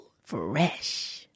fresh